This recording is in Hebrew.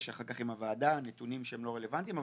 אחר כך עם הוועדה נתונים שלא רלוונטיים.